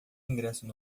ingressos